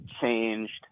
changed